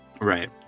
Right